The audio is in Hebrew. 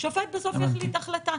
שופט בסוף יחליט החלטה.